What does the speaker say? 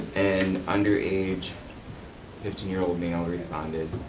and underage fifteen year old male responded,